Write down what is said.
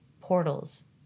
portals